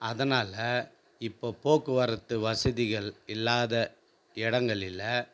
அதனால் இப்போ போக்குவரத்து வசதிகள் இல்லாத இடங்களில